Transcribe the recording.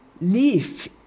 leaf